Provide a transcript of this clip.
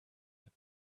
him